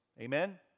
Amen